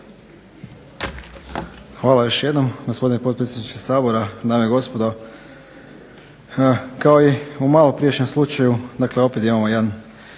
Hvala još jednom gospodine potpredsjedniče Sabora, dame i gospodo. Kao i u maloprijašnjem slučaju, dakle opet imamo jedan